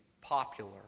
popular